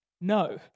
No